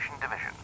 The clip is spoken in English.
Division